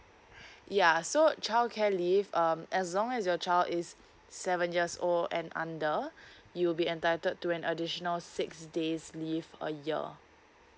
ya so childcare leave um as long as your child is seven years old and under you'll be entitled to an additional six days leave a year